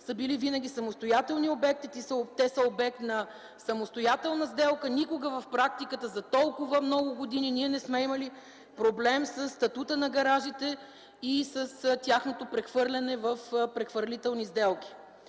по статут са самостоятелни обекти и са обекти на самостоятелни сделки. Никога в практиката за толкова много години не сме имали проблем със статута на гаражите и тяхното прехвърляне при прехвърлителни сделки.